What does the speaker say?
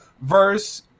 verse